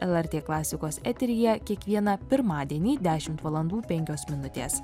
lrt klasikos eteryje kiekvieną pirmadienį dešimt valandų penkios minutės